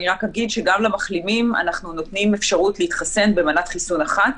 אני רק אגיד שגם למחלימים אנחנו נותנים אפשרות להתחסן במנת חיסון אחת,